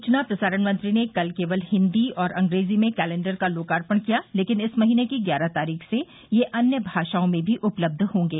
सूचना प्रसारण मंत्री ने कल केवल हिन्दी और अंग्रेजी भाषा में कैलेंडर का लोकर्पण किया लेकिन इस महीने की ग्यारह तारीख से यह अन्य भाषाओं में भी उपलब्ध होगें